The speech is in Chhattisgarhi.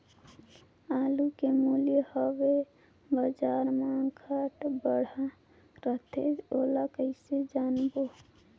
आलू के मूल्य हवे बजार मा घाट बढ़ा रथे ओला कइसे जानबो?